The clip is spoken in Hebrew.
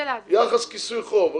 יחס כיסוי חוב,